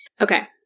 Okay